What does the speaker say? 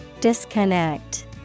Disconnect